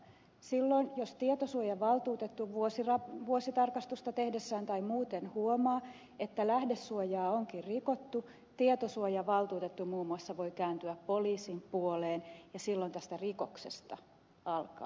silloin jos tietosuojavaltuutettu vuositarkastusta tehdessään tai muuten huomaa että lähdesuojaa onkin rikottu tietosuojavaltuutettu muun muassa voi kääntyä poliisin puoleen ja silloin tästä rikoksesta alkaa esitutkinta